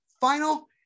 Final